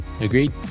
Agreed